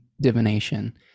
divination